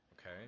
okay